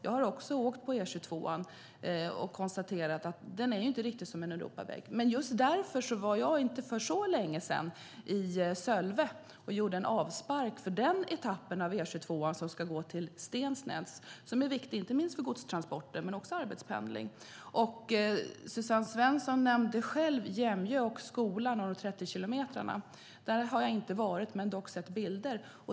Jag har åkt på den och konstaterat att den inte riktigt är som en Europaväg. För inte så länge sedan var jag i Sölve och gjorde en avspark för den etapp av E22 som ska gå till Stensnäs. Den är viktig inte minst för godstransport, men också för arbetspendling. Suzanne Svensson nämnde Jämjö, skolan och de 30 kilometerna. Jag har inte varit där, men jag har sett bilder.